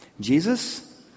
Jesus